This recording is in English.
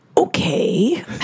Okay